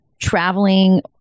traveling